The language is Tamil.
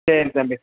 சரி தம்பி